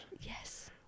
Yes